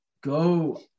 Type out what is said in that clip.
go